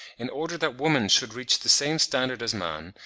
in order that woman should reach the same standard as man,